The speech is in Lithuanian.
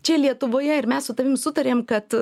čia lietuvoje ir mes su tavim sutarėm kad